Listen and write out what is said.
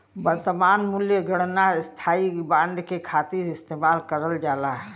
वर्तमान मूल्य गणना स्थायी बांड के खातिर इस्तेमाल करल जाला